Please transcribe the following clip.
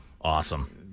Awesome